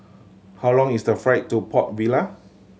how long is the flight to Port Vila